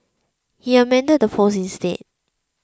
he amended the post instead